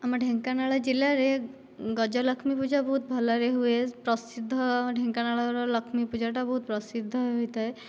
ଆମ ଢେଙ୍କାନାଳ ଜିଲ୍ଲାରେ ଗଜଲକ୍ଷ୍ମୀ ପୂଜା ବହୁତ ଭଲରେ ହୁଏ ପ୍ରସିଦ୍ଧ ଢେଙ୍କାନାଳର ଲକ୍ଷ୍ମୀ ପୂଜାଟା ବହୁତ ପ୍ରସିଦ୍ଧ ହୋଇଥାଏ